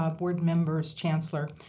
um board members, chancellor,